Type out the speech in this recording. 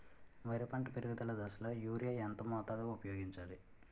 వరి పంట పెరుగుదల దశలో యూరియా ఎంత మోతాదు ఊపయోగించాలి?